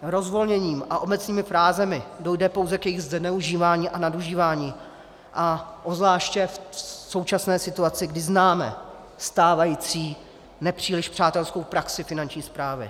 Rozvolněním a obecnými frázemi dojde pouze k jejich zneužívání a nadužívání, a zvláště v současné situaci, kdy známe stávající nepříliš přátelskou praxi Finanční správy.